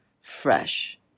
fresh